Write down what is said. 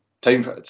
Time